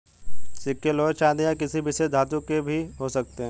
सिक्के लोहे चांदी या किसी विशेष धातु के भी हो सकते हैं